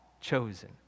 chosen